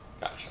Gotcha